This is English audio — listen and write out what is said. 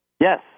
Yes